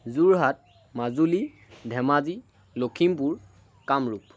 Jorhat Majuli Dhemaji Lakhimpur Kamrup